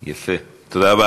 יפה, תודה רבה.